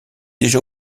déjà